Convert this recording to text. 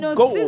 go